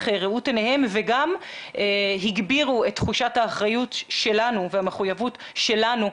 ראות עיניהם וגם הגבירו את תחושת האחריות שלנו והמחויבות שלנו.